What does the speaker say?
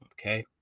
Okay